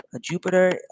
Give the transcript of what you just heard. Jupiter